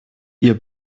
ihr